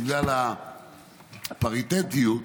בגלל הפריטטיות.